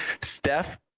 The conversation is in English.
steph